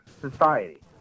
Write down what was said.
society